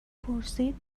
پرسید